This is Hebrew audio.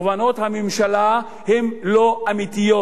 כוונות הממשלה, הן לא אמיתיות.